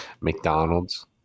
McDonald's